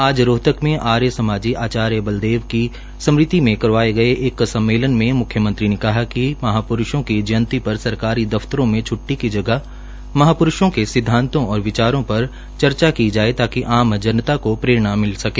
आज रोहतक में आर्य समाजी आचार्य बलदेव जी की स्मृति में करवाये गये सम्मेलन में मुख्यमंत्री ने कहा कि महाप्रूषों की जयंती पर सरकारी दफतरों में छट्टी की जगह महाप्रूषों के सिदवात और विचारकों पर चर्चा की जाये ताकि आम जनता को प्ररेणा मिल सके